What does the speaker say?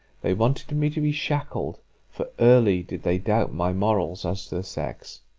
they wanted me to be shackled for early did they doubt my morals, as to the sex.